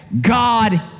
God